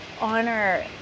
honor